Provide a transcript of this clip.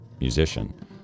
musician